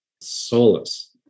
solace